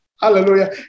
hallelujah